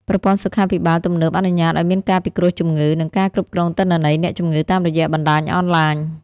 ប្រព័ន្ធសុខាភិបាលទំនើបអនុញ្ញាតឱ្យមានការពិគ្រោះជំងឺ និងការគ្រប់គ្រងទិន្នន័យអ្នកជំងឺតាមរយៈបណ្ដាញអនឡាញ។